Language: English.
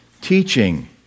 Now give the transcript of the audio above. teaching